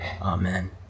Amen